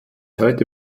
heute